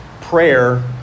Prayer